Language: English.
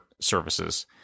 services